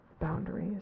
boundaries